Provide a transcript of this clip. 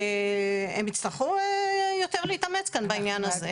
הם יצטרכו יותר להתאמץ כאן בעניין זה.